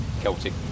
Celtic